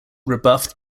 rebuffed